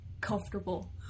comfortable